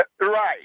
right